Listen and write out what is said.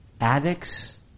addicts